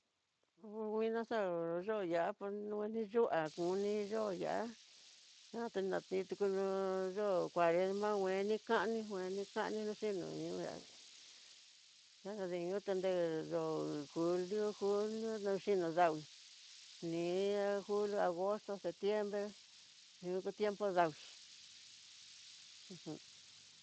Ku nguina xa'a no yo ya'á. a kueni xa kuni no yo'ó ya'á, xatinakuiti yó cuaresma, kueni ani kueni kaninró xhi no nro ya'á, nadanri nió tu nreyo, junio, julio naxhino davii ni julio agosto septiembre yuku tiempo davii uj.